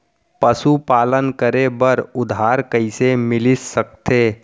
पशुपालन करे बर उधार कइसे मिलिस सकथे?